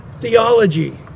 theology